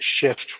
shift